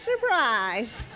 surprise